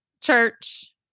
church